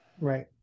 Right